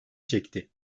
çekti